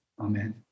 Amen